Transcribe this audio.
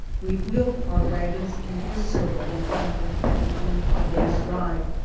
we wheeled our wagons into a circle when camping at the end of a day's drive,